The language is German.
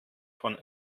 von